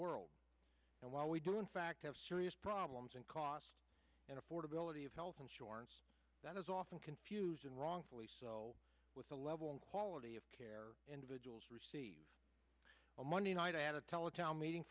world and while we do in fact have serious problems and cost and affordable body of health insurance that is often confused and wrongfully so with the level and quality of care individuals received on monday night at a tele town meeting